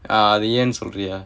ah the ends of the year